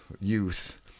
youth